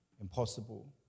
impossible